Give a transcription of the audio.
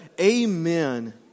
Amen